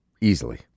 Easily